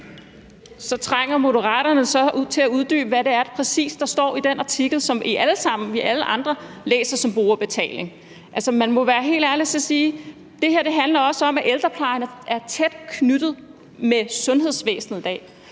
Så trænger Moderaterne til at uddybe, hvad det er, der præcis står i den artikel, som alle vi andre læser som brugerbetaling. Man må være helt ærlig og så sige, at det her også handler om, at ældreplejen er tæt knyttet til sundhedsvæsenet i dag,